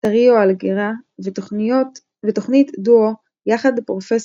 טריו אלגרה ותוכנית דואו יחד פרופ'